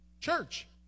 church